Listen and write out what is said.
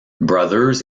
brothers